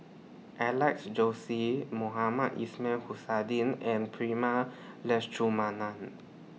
Alex Josey Mohamed Ismail and Prema Letchumanan